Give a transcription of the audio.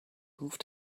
moved